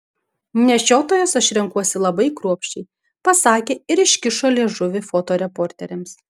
nešiotojus aš renkuosi labai kruopščiai pasakė ir iškišo liežuvį fotoreporteriams